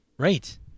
Right